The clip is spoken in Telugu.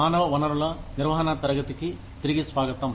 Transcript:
మానవ వనరుల నిర్వహణ తరగతికి తిరిగి స్వాగతం